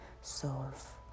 solve